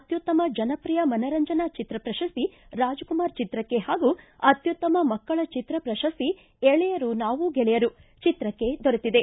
ಅತ್ಯುತ್ತಮ ಜನಪ್ರಿಯ ಮನರಂಜನಾ ಚಿತ್ರ ಪ್ರಶಸ್ತಿ ರಾಜಕುಮಾರ ಚಿತ್ರಕ್ಕೆ ಹಾಗೂ ಅತ್ಯುತ್ತಮ ಮಕ್ಕಳ ಚಿತ್ರ ಪ್ರಶಸ್ತಿ ಎಳೆಯರು ನಾವು ಗೆಳೆಯರು ಚಿತ್ರಕ್ಕೆ ದೊರೆತಿದೆ